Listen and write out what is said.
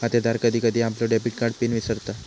खातेदार कधी कधी आपलो डेबिट कार्ड पिन विसरता